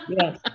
yes